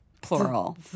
plural